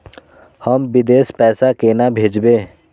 हम विदेश पैसा केना भेजबे?